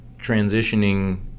transitioning